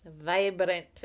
Vibrant